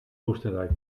oostenrijk